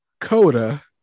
coda